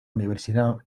universidad